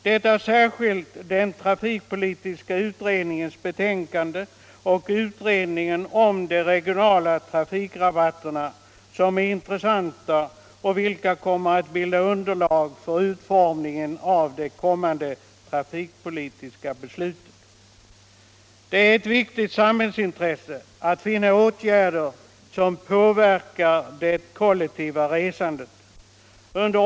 Det är särskilt den trafikpolitiska utredningens betänkande och utredningen om de regionala trafikrabatterna som är intressanta och vilka kommer att bilda underlag för utformningen av det kommande trafikpolitiska beslutet. Det är ett viktigt samhällsintresse att finna åtgärder som påverkar det kollektiva resandet.